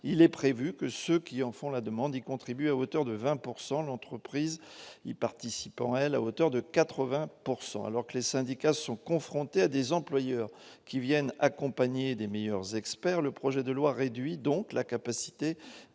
il est prévu que ceux qui en font la demande y contribue à hauteur de 20 pourcent l'entreprise y participant L à hauteur de 80 pourcent alors que les syndicats sont confrontés à des employeurs qui viennent accompagnés des meilleurs experts le projet de loi réduit donc la capacité